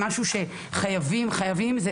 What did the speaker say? משהו שחייבים חייבים,